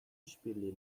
işbirliği